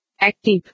Active